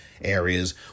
areas